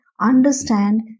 understand